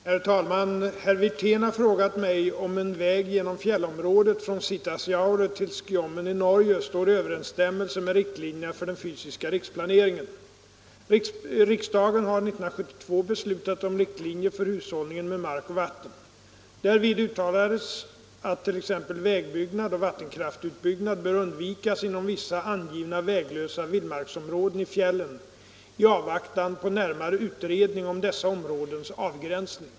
Herr talman! Herr Wirtén har frågat mig om en väg genom fjällområdet från Sitasjaure till Skjomen i Norge står i överensstämmelse med riktlinjerna för den fysiska riksplaneringen. Riksdagen har 1972 beslutat om riktlinjer för hushållningen med mark och vatten. Därvid uttalades att t.ex. vägbyggnad och vattenkraftutbyggnad bör undvikas inom vissa angivna väglösa vildmarksområden i fjällen i avvaktan på närmare utredning om dessa områdens avgränsning.